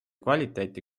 kvaliteeti